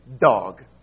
dog